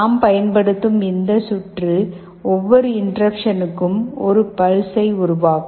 நாம் பயன்படுத்தும் இந்த சுற்று ஒவ்வொரு இன்டெர்ருப்சனுக்கும் ஒரு பல்ஸ்சை உருவாக்கும்